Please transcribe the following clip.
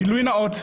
גילוי נאות,